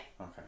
Okay